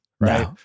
right